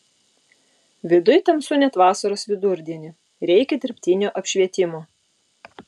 viduj tamsu net vasaros vidurdienį reikia dirbtino apšvietimo